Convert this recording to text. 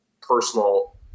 personal